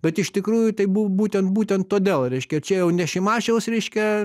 bet iš tikrųjų taip bu būtent būtent todėl reiškia ir čia jau ne šimašiaus reiškia